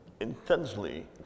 intensely